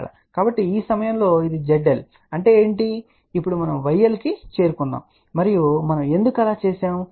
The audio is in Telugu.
కాబట్టి ఈ సమయంలో ఇది zL అంటే ఏమిటి మరియు ఇప్పుడు మనము yL కి చేరుకున్నాము మరియు మనము ఎందుకు అలా చేసాము